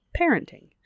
parenting